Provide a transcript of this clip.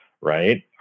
right